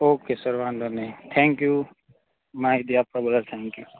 okay sir વાંધો નહીં thank you માહિતી આપવા બદલ થેન્ક યૂ